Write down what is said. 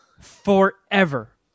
forever